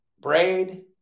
braid